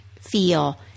feel